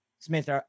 Smith